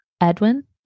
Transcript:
Edwin